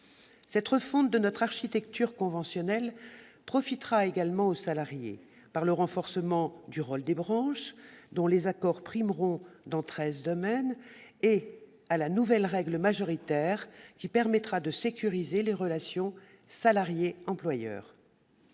Cette refonte de notre architecture conventionnelle profitera également aux salariés, grâce au renforcement du rôle des branches, dont les accords primeront dans treize domaines, et à l'instauration de la nouvelle règle majoritaire, qui permettra de sécuriser les relations entre salariés et employeurs.